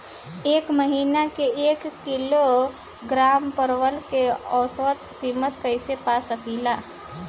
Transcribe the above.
एक महिना के एक किलोग्राम परवल के औसत किमत कइसे पा सकिला?